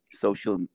social